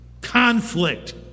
Conflict